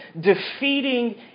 defeating